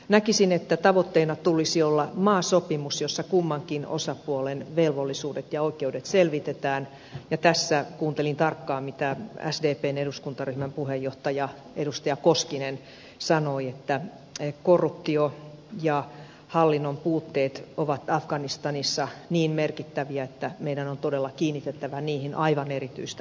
näkisin että tavoitteena tulisi olla maasopimus jossa kummankin osapuolen velvollisuudet ja oikeudet selvitetään ja tässä kuuntelin tarkkaan mitä sdpn eduskuntaryhmän puheenjohtaja edustaja koskinen sanoi että korruptio ja hallinnon puutteet ovat afganistanissa niin merkittäviä että meidän on todella kiinnitettävä niihin aivan erityistä huomiota